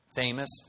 famous